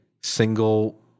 single